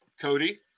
Cody